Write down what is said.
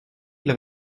ils